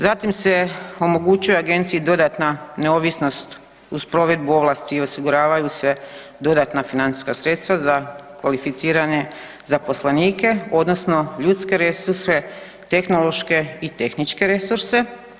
Zatim se omogućuje agenciji dodatna neovisnost uz provedbu ovlasti i osiguravaju se dodatna financijska sredstva za kvalificirane zaposlenike, odnosno ljudske resurse, tehnološke i tehničke resurse.